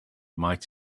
might